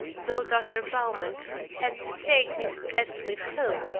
though dr. bowman had to take miss detliff home,